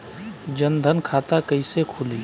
जनधन खाता कइसे खुली?